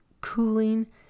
cooling